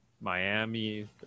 Miami